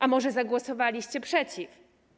A może zagłosowaliście przeciw?